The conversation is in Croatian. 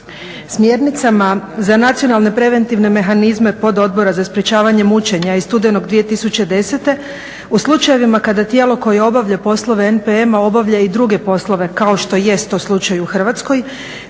Smjernicama za nacionalne preventivne mehanizme Pododbora za sprječavanje mučenja iz studenog 2010.u slučajevima kada tijelo koje obavlja poslove NPM-a obavlja i druge poslove kao što jest to slučaj i u Hrvatskoj.